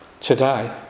today